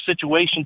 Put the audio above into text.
situation